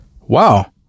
Wow